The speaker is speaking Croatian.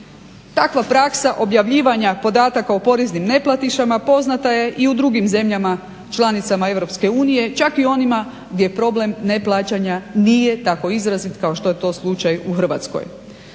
Takva praksa objavljivanja podataka o poreznim neplatišama poznata je i u drugim zemljama članicama EU, čak i u onima gdje problem neplaćanja nije tako izrazit kao što je to slučaj u Hrvatskoj.